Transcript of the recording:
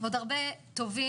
ועוד הרבה טובים.